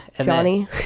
Johnny